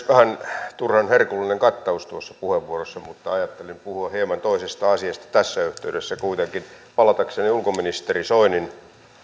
vähän turhan herkullinen kattaus tuossa puheenvuorossa mutta ajattelin puhua hieman toisesta asiasta tässä yhteydessä kuitenkin palatakseni ulkoministeri soinin